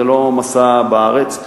זה לא מסע בארץ.